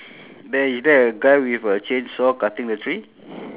okay then the tree is there any pear on it